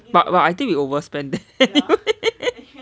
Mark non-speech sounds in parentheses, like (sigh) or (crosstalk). but but I think we over spent there (laughs)